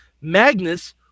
Magnus